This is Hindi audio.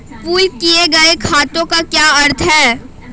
पूल किए गए खातों का क्या अर्थ है?